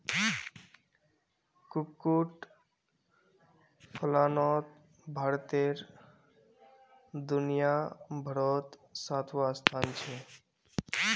कुक्कुट पलानोत भारतेर दुनियाभारोत सातवाँ स्थान छे